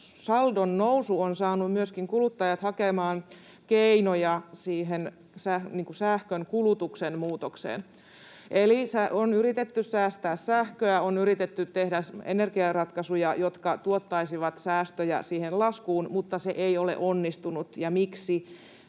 saldonnousu on saanut myöskin kuluttajat hakemaan keinoja sähkönkulutuksen muutokseen, eli on yritetty säästää sähköä ja on yritetty tehdä energiaratkaisuja, jotka tuottaisivat säästöjä siihen laskuun, mutta se ei ole onnistunut — ja miksi?